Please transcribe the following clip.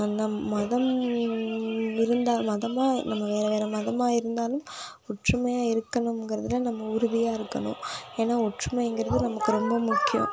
அந்த மதம் இருந்தால் மதமாக நம்ம வேறு வேறு மதமாக இருந்தாலும் ஒற்றுமையாக இருக்கணும்ங்கிறதில் நம்ம உறுதியாக இருக்கணும் ஏன்னா ஒற்றுமைங்கிறது நமக்கு ரொம்ப முக்கியம்